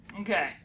Okay